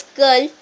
girl